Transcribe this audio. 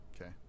Okay